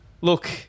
Look